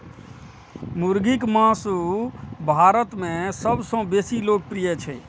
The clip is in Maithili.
मुर्गीक मासु भारत मे सबसं बेसी लोकप्रिय छै